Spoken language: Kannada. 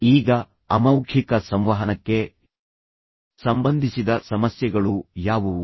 ಈಗ ಅಮೌಖಿಕ ಸಂವಹನಕ್ಕೆ ಸಂಬಂಧಿಸಿದ ಸಮಸ್ಯೆಗಳು ಯಾವುವು